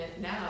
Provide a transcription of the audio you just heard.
now